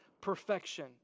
perfection